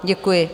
Děkuji.